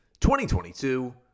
2022